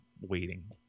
waiting